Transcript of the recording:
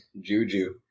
Juju